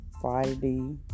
Friday